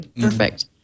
Perfect